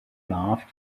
laughed